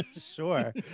Sure